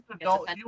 adult